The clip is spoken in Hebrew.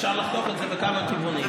אפשר לחתוך את זה בכמה כיוונים.